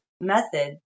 method